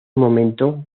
momento